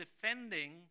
defending